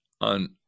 on